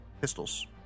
Pistols